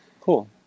Cool